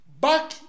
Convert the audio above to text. Back